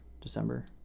December